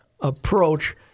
approach